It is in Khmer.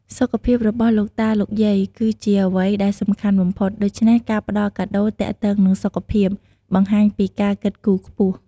សុខភាពរបស់លោកតាលោកយាយ គឺជាអ្វីដែលសំខាន់បំផុត ដូច្នេះការផ្តល់កាដូរទាក់ទងនឹងសុខភាព បង្ហាញពីការគិតគូរខ្ពស់។